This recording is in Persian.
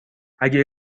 اگه